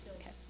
Okay